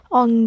on